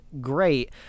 great